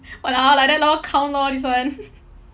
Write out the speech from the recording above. !walao! like that lor count lor this one